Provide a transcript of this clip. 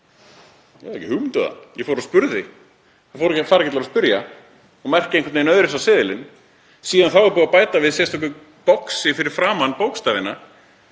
Ég hafði ekki hugmynd um það. Ég fór og spurði. Það fara ekki allir að spyrja og merkja einhvern veginn öðruvísi á seðilinn. Síðan þá er búið að bæta við sérstöku boxi fyrir framan bókstafina